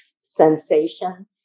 sensation